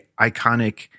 iconic